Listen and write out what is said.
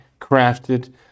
crafted